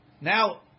Now